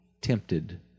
tempted